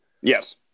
Yes